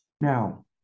Now